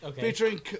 featuring